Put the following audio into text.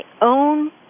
own